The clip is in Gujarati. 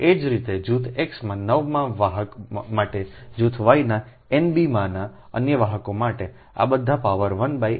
એ જ રીતે જૂથ X માં નવમા વાહક માટે જૂથ Y ના એનબી માંના અન્ય વાહકો માટે આ બધા પાવર 1 mn અધિકાર માટેના ઉત્પાદન છે